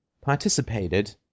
participated